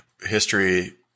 history